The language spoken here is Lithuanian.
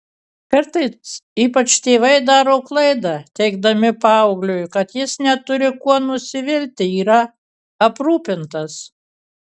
kartais ypač tėvai daro klaidą teigdami paaugliui kad jis neturi kuo nusivilti yra aprūpintas